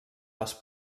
les